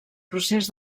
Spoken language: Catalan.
procés